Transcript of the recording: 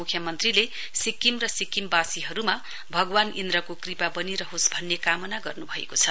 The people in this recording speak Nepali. मुख्यमन्त्रीले सिक्किम र सिक्किमवासीहरुमा भगवान इन्द्रको कृपा वनिरहोस् भन्ने कामना गर्नुभएको छ